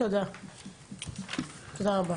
תודה רבה.